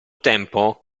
tempo